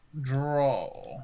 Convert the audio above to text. draw